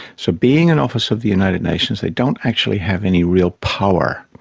so being an office of the united nations they don't actually have any real power.